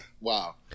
wow